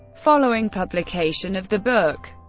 following publication of the book,